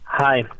Hi